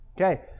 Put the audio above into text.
Okay